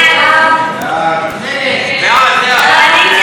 נא להצביע.